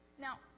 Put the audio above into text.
Now